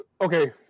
okay